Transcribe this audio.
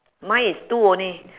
mine is two only